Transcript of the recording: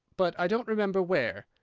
but i don't remember where.